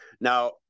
now